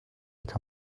like